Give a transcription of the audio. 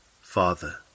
Father